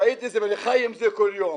ראיתי את זה, ואני חי עם זה כל יום.